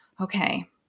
okay